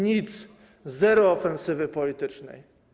Nic. Zero ofensywy politycznej.